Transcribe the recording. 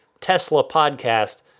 TeslaPodcast